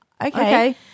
Okay